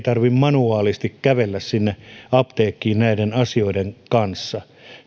tarvitse kävellä sinne apteekkiin näiden asioiden kanssa